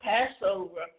Passover